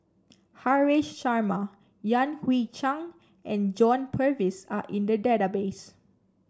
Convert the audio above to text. Haresh Sharma Yan Hui Chang and John Purvis are in the database